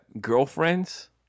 girlfriends